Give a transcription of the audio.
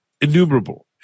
innumerable